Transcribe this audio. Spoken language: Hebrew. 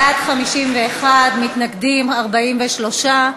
בעד, 51, מתנגדים, 43,